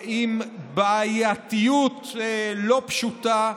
עם בעייתיות לא פשוטה.